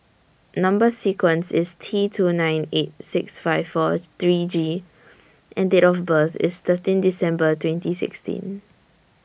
Number sequence IS T two nine eight six five four three G and Date of birth IS thirteen December twenty sixteen